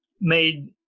made